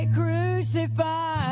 crucified